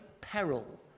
peril